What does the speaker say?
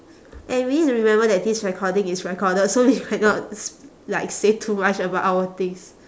eh we need to remember that this recording is recorded so you cannot s~ like say too much about our things